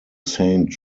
saint